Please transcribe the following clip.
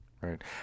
Right